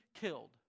killed